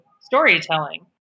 storytelling